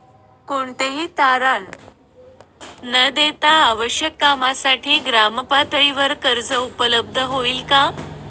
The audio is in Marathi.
कोणतेही तारण न देता आवश्यक कामासाठी ग्रामपातळीवर कर्ज उपलब्ध होईल का?